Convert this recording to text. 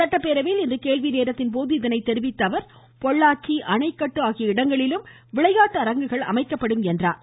சட்டப்பேரவையில் இன்று கேள்வி நேரத்தின்போது இதனை தெரிவித்த அவர் பொள்ளாச்சி அணைக்கட்டு ஆகிய இடங்களிலும் விளையாட்டு அரங்குகள் அமைக்கப்படும் என்றார்